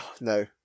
No